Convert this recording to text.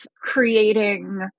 creating